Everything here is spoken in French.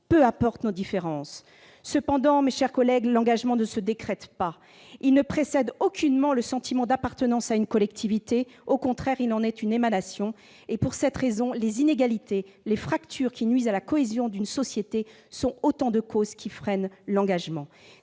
peu importent nos différences ! Très bien ! Toutefois, l'engagement ne se décrète pas. Il ne précède aucunement le sentiment d'appartenance à une collectivité ; au contraire, il en est une émanation. Pour cette raison, les inégalités et les fractures qui nuisent à la cohésion d'une société sont autant de causes qui freinent l'engagement.